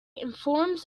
informs